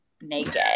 naked